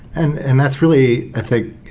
and and that's really, i think,